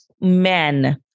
men